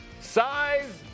size